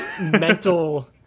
mental